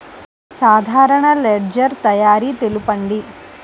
సాధారణ లెడ్జెర్ తయారి తెలుపండి?